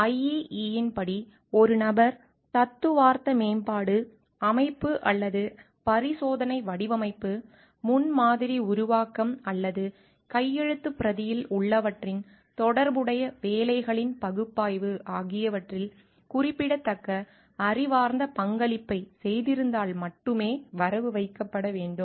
IEEE இன் படி ஒரு நபர் தத்துவார்த்த மேம்பாடு அமைப்பு அல்லது பரிசோதனை வடிவமைப்பு முன்மாதிரி உருவாக்கம் அல்லது கையெழுத்துப் பிரதியில் உள்ளவற்றின் தொடர்புடைய வேலைகளின் பகுப்பாய்வு ஆகியவற்றில் குறிப்பிடத்தக்க அறிவார்ந்த பங்களிப்பைச் செய்திருந்தால் மட்டுமே வரவு வைக்கப்பட வேண்டும்